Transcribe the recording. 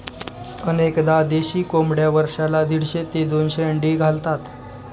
अनेकदा देशी कोंबड्या वर्षाला दीडशे ते दोनशे अंडी घालतात